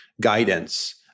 guidance